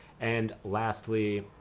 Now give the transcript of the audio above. and lastly,